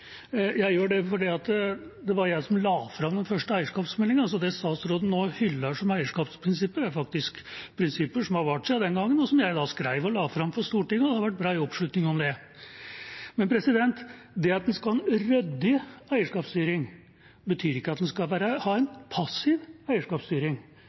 Jeg gjør det fordi det var jeg som la fram den første eierskapsmeldinga. Så det statsråden nå hyller som eierskapsprinsipper, er prinsipper som har vart siden den gangen, og som jeg skrev og la fram for Stortinget, og det har vært bred oppslutning om dem. Men det at man skal ha en ryddig eierskapsstyring, betyr ikke at man skal ha